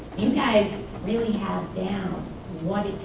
you guys really have down what